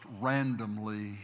randomly